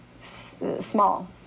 small